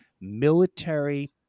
Military